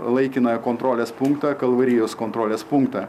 laikinąją kontrolės punktą kalvarijos kontrolės punktą